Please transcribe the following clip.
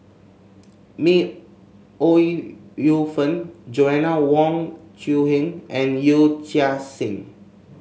May Ooi Yu Fen Joanna Wong Quee Heng and Yee Chia Hsing